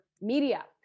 media